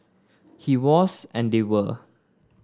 he was and they were